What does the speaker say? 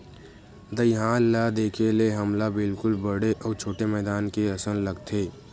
दईहान ल देखे ले हमला बिल्कुल बड़े अउ छोटे मैदान के असन लगथे